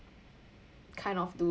kind of to